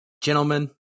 gentlemen